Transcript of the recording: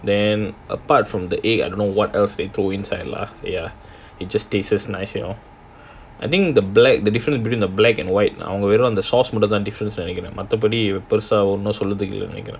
then apart from the egg I don't know what else they throw inside lah ya it just taste nice you know I think the black the difference between the black and white அங்க வந்து:anga wanthu sauce different மட்டும் தாணு நெனக்கிறேன்:mattum thaanu nenakkiran